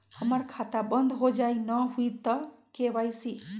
हमर खाता बंद होजाई न हुई त के.वाई.सी?